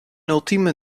ultieme